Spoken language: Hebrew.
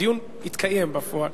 הדיון התקיים בפועל.